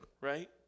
right